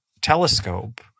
telescope